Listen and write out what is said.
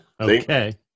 Okay